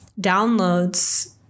downloads